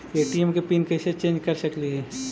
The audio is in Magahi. ए.टी.एम के पिन कैसे चेंज कर सकली ही?